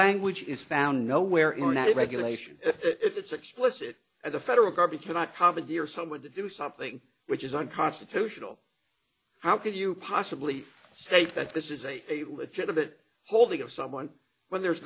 language is found nowhere in that regulation it's explicit at the federal government cannot comedy or someone to do something which is unconstitutional how could you possibly state that this is a legitimate holding of someone when there